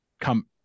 come